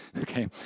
okay